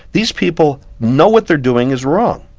these people know what they're doing is wrong.